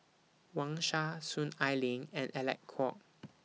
Wang Sha Soon Ai Ling and Alec Kuok